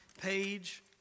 page